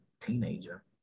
teenager